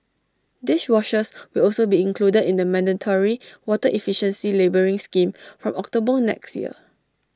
dishwashers will also be included in the mandatory water efficiency labelling scheme from October next year